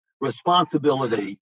responsibility